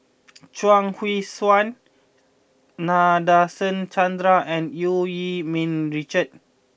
Chuang Hui Tsuan Nadasen Chandra and Eu Yee Ming Richard